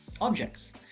objects